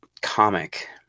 comic